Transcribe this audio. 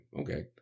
Okay